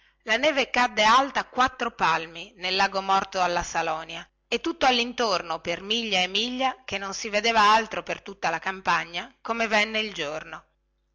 la neve cadde alta quattro palmi nel lago morto alla salonia e tutto allintorno per miglia e miglia che non si vedeva altro per tutta la campagna come venne il giorno